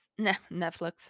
Netflix